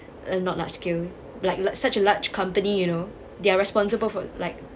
uh not much skill like like such a large company you know they are responsible for like